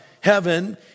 heaven